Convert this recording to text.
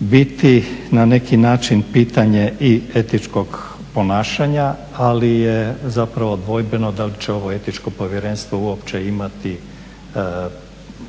biti na neki način pitanje i etičkog ponašanja, ali je zapravo dvojbeno dali će ovo etičko povjerenstvo uopće imati